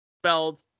spelled